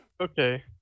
Okay